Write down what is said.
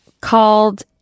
called